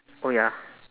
oh ya